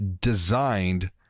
designed